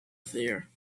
fear